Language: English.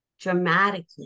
dramatically